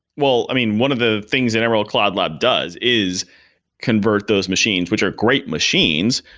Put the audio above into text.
well, i mean, one of the things that emerald cloud lab does is convert those machines, which are great machines,